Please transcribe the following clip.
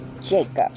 Jacob